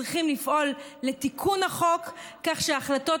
צריכים לפעול לתיקון החוק כך שההחלטות